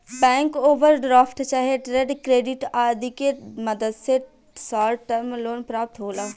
bank overdraft चाहे trade credit आदि के मदद से शॉर्ट टर्म लोन प्राप्त होला